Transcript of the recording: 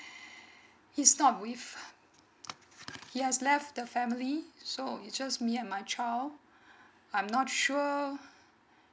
he's not with he has left the family so it's just me and my child I'm not sure